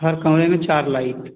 हर कमरे में चार लाइट